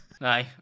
No